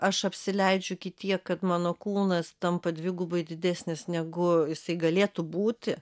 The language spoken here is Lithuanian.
aš apsileidžiu iki tiek kad mano kūnas tampa dvigubai didesnis negu jisai galėtų būti